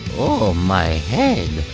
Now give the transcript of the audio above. my head